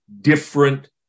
different